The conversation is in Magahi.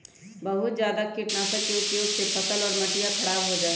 बहुत जादा कीटनाशक के उपयोग से फसल और मटिया खराब हो जाहई